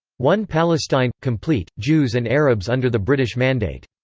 one palestine, complete jews and arabs under the british mandate.